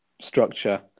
structure